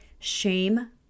Shame